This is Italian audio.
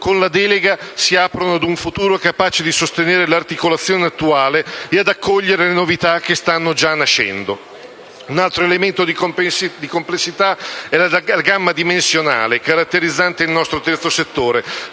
con la delega si aprono ad un futuro capace di sostenere l'articolazione attuale e ad accogliere le novità che stanno già nascendo. Un altro elemento di complessità è la gamma dimensionale caratterizzante il nostro terzo settore,